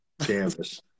Canvas